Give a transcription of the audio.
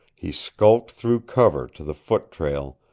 he skulked through cover to the foot-trail,